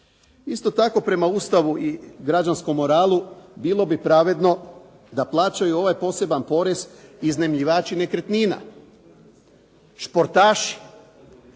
Isto tako prema Ustavu i građanskom moralu bilo bi pravedno da plaćaju ovaj poseban porez iznajmljivači nekretnina, športaši,